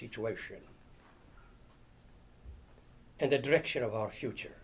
situation and the direction of our future